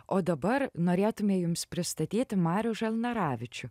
o dabar norėtume jums pristatyti marių žalneravičių